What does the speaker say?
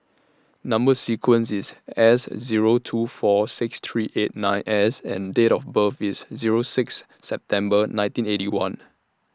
Number sequence IS S Zero two four six three eight nine S and Date of birth IS Zero six September nineteen Eighty One